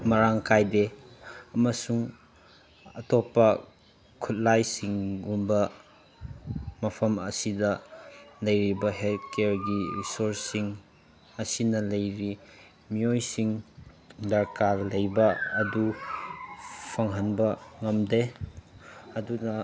ꯃꯔꯥꯡ ꯀꯥꯏꯗꯦ ꯑꯃꯁꯨꯡ ꯑꯇꯣꯞꯄ ꯈꯨꯠꯂꯥꯏꯁꯤꯡꯒꯨꯝꯕ ꯃꯐꯝ ꯑꯁꯤꯗ ꯂꯩꯔꯤꯕ ꯍꯦꯜꯠ ꯀꯤꯌꯥꯔꯒꯤ ꯔꯤꯁꯣꯔꯁꯁꯤꯡ ꯑꯁꯤꯅ ꯂꯩꯔꯤ ꯃꯤꯑꯣꯏꯁꯤꯡ ꯗꯔꯀꯥꯔ ꯂꯩꯕ ꯑꯗꯨ ꯐꯪꯍꯟꯕ ꯉꯝꯗꯦ ꯑꯗꯨꯅ